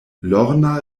lorna